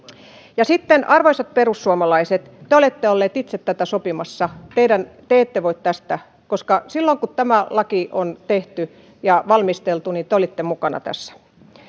sitten arvoisat perussuomalaiset te olette olleet itse tätä sopimassa te ette voi tästä silloin kun tämä laki on tehty ja valmisteltu te olitte mukana tässä